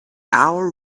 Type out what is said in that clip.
our